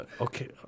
okay